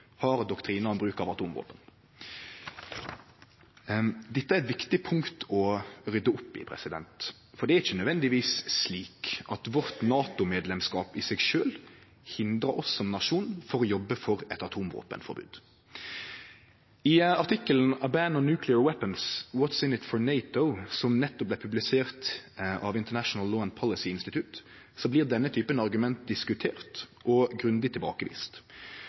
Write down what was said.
har doktrinar om bruk av atomvåpen. Dette er viktige punkt å rydde opp i, for det er ikkje nødvendigvis slik at vårt NATO-medlemskap i seg sjølv hindrar oss som nasjon i å jobbe for eit atomvåpenforbod. I artikkelen «A Ban on Nuclear Weapons: What’s in it for NATO?», som nettopp vart publisert av International Law and Policy Institute, blir denne typen argument diskutert og grundig tilbakevist.